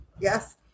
Yes